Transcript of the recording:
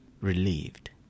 relieved